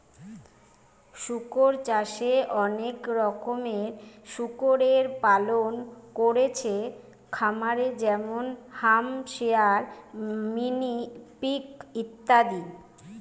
শুকর চাষে অনেক রকমের শুকরের পালন কোরছে খামারে যেমন হ্যাম্পশায়ার, মিনি পিগ ইত্যাদি